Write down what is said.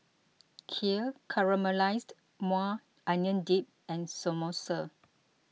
Kheer Caramelized Maui Onion Dip and Samosa